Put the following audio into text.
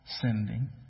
sending